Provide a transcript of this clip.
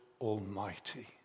Almighty